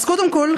אז קודם כול,